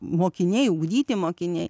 mokiniai ugdyti mokiniai